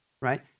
right